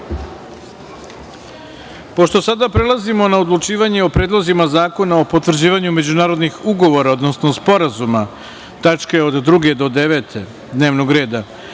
sada prelazimo na odlučivanje o predlozima zakona o potvrđivanju međunarodnih ugovora, odnosno sporazuma (tačke od 2. do 9. dnevnog reda),